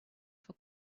for